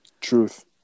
truth